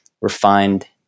refined